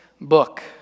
book